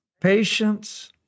patience